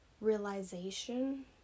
realization